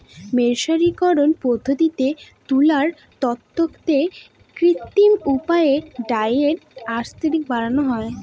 মের্সারিকরন পদ্ধতিতে তুলার তন্তুতে কৃত্রিম উপায়ে ডাইয়ের আসক্তি বাড়ানো হয়